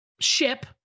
ship